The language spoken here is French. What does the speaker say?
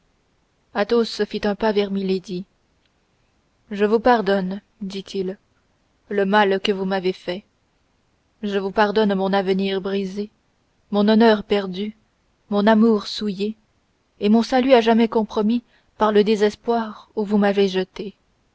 athos fit un pas vers milady je vous pardonne dit-il le mal que vous m'avez fait je vous pardonne mon avenir brisé mon honneur perdu mon amour souillé et mon salut à jamais compromis par le désespoir où vous m'avez jeté